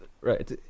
Right